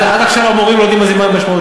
עד עכשיו המורים לא יודעים מה זה למידה משמעותית.